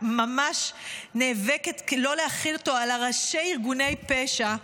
ממש נאבקת לא להחיל אותו על ראשי ארגוני פשע,